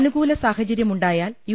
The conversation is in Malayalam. അനുകൂല സാഹചര്യമുണ്ടായാൽ യൂ